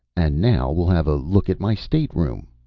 and now we'll have a look at my stateroom,